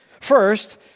First